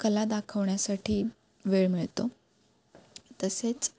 कला दाखवण्यासाठी वेळ मिळतो तसेच